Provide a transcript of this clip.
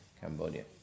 Cambodia